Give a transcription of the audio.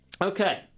Okay